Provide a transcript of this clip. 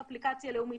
צריך אפליקציה לאומית